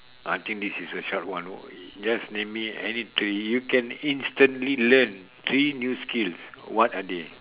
I think this is a short one just name me any three you can instantly learn three new skills what are they